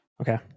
Okay